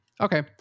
Okay